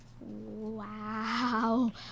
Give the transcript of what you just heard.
Wow